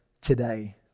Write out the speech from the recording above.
today